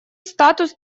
статус